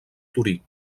torí